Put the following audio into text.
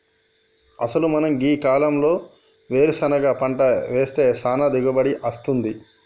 అసలు మనం గీ కాలంలో వేరుసెనగ పంట వేస్తే సానా దిగుబడి అస్తుంది